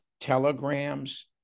telegrams